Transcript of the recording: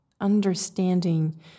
understanding